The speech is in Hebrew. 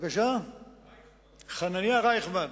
חנניה רייכמן.